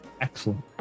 Excellent